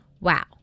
wow